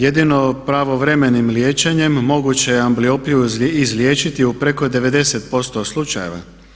Jedino pravovremenim liječenjem moguće je ambliopiju izliječiti u preko 90% slučajeva.